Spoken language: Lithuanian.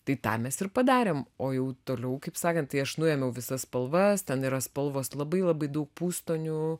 tai tą mes ir padarėm o jau toliau kaip sakant tai aš nuėmiau visas spalvas ten yra spalvos labai labai daug pustonių